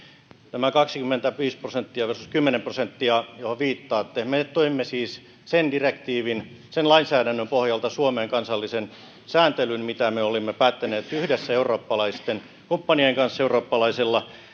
tämä kaksikymmentäviisi prosenttia versus kymmenen prosenttia johon viittaatte me toimme siis sen direktiivin sen lainsäädännön pohjalta suomeen kansallisen sääntelyn mitä me olimme päättäneet yhdessä eurooppalaisten kumppanien kanssa eurooppalaisella